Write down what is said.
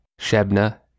Shebna